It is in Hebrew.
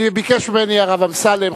ביקש ממני הרב אמסלם,